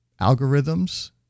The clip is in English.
algorithms